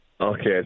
Okay